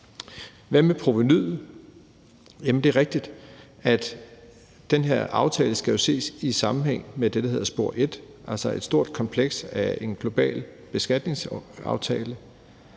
Hvad med provenuet? Jamen det er rigtigt, at den her aftale jo skal ses i sammenhæng med det, der hedder spor et, altså et stort kompleks af en global beskatningsaftale,